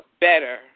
better